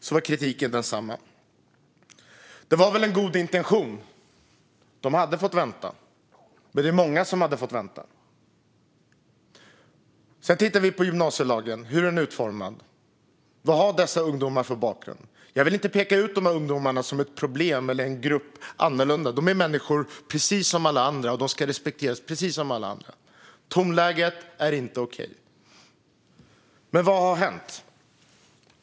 Det fanns väl en god intention. Dessa personer hade fått vänta. Men det var många som hade fått vänta. Vi har tittat på hur gymnasielagen är utformad och vad dessa ungdomar har för bakgrund. Jag vill inte peka ut de här ungdomarna som ett problem eller som en annorlunda grupp. Det är människor precis som alla andra, och de ska respekteras precis som alla andra. Tonläget är inte okej. Men vad har hänt?